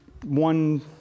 one